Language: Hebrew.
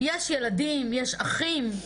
יש ילדים, יש אחים,